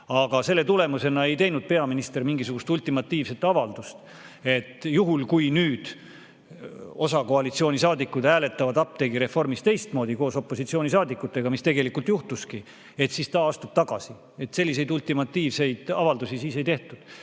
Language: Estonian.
Aga selle tulemusena ei teinud peaminister mingisugust ultimatiivset avaldust, et juhul, kui osa koalitsioonisaadikuid hääletab apteegireformi puhul teistmoodi koos opositsioonisaadikutega, nagu tegelikult juhtuski, siis ta astub tagasi. Selliseid ultimatiivseid avaldusi siis ei tehtud.